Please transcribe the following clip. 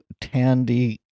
Tandy